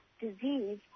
disease